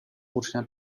ucznia